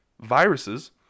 Viruses